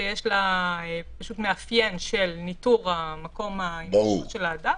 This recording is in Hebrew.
שיש לה מאפיין של ניטור מקום ההימצאות של האדם